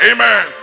Amen